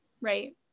right